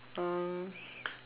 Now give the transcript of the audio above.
um